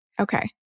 Okay